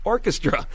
Orchestra